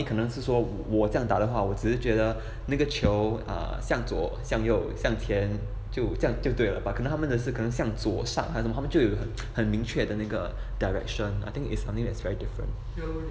可能是说我这样打的话我只是觉得那个球 err 向左向右向前就这样就对了 but 他们的是可能向左上他们就有很很明确的那个 direction I think is something that's very different